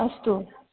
अस्तु